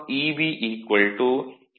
Eb V IaR Rse ra